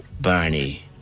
Barney